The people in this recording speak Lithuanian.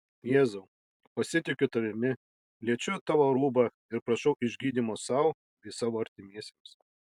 jėzau pasitikiu tavimi liečiu tavo rūbą ir prašau išgydymo sau bei savo artimiesiems